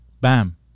Bam